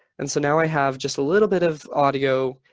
and so now i have just a little bit of audio.